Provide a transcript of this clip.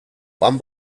one